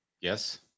Yes